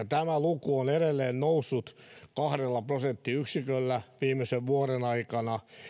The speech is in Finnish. tämä luku on edelleen noussut kahdella prosenttiyksiköllä viimeisen vuoden aikana